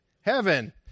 heaven